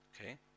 Okay